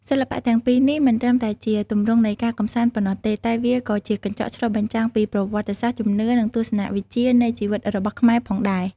សិល្បៈទាំងពីរនេះមិនត្រឹមតែជាទម្រង់នៃការកម្សាន្តប៉ុណ្ណោះទេ តែវាក៏ជាកញ្ចក់ឆ្លុះបញ្ចាំងពីប្រវត្តិសាស្ត្រ ជំនឿ និងទស្សនវិជ្ជានៃជីវិតរបស់ខ្មែរផងដែរ។